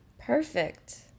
Perfect